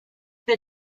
they